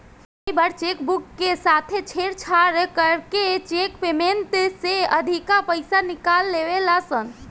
कई बार cheque book के साथे छेड़छाड़ करके चेक पेमेंट से अधिका पईसा निकाल लेवे ला सन